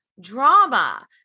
drama